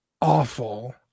Awful